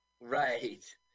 Right